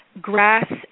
grass